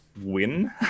win